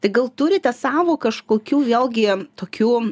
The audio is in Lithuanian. tai gal turite savo kažkokių vėlgi tokių